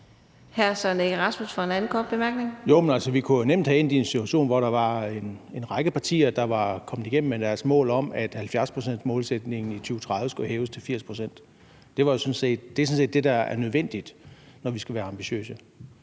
17:56 Søren Egge Rasmussen (EL): Jo, men vi kunne jo nemt være endt i en situation, hvor der var en række partier, der var kommet igennem med deres mål om, at 70-procentsmålsætningen i 2030 skulle hæves til 80 pct. Det er sådan set det, der er nødvendigt, når vi skal være ambitiøse.